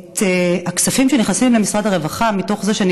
את הכספים שנכנסים למשרד הרווחה מתוך זה שאני